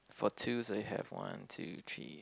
for twos I have one two three